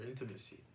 intimacy